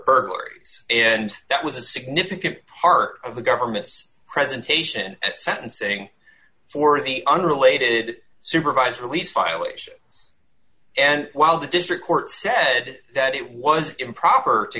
burglaries and that was a significant part of the government's presentation at sentencing for the unrelated supervised release file which and while the district court said that it was improper to